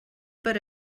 per